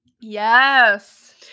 Yes